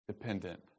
dependent